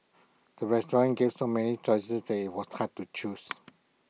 the restaurant gave so many choices that IT was hard to choose